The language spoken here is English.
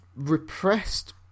repressed